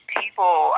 people